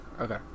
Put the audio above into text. Okay